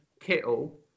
Kittle